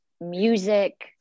music